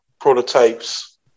prototypes